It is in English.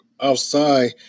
outside